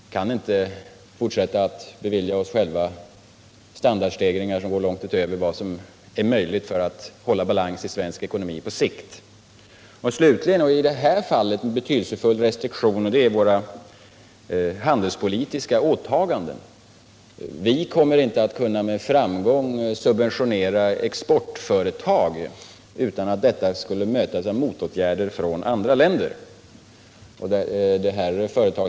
Vi kan inte fortsätta att bevilja oss själva standardstegringar som går långt utöver vad som är möjligt för att hålla balans i svensk ekonomi på sikt. Den tredje begränsningen — i det här fallet en betydelsefull restriktion — är våra handelspolitiska åtaganden. Vi kommer inte att med framgång kunna subventionera exportföretag utan att detta skulle mötas med motåtgärder från andra länder.